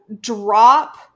drop –